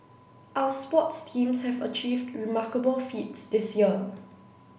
our sports teams have achieved remarkable feats this year